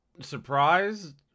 surprised